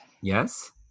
yes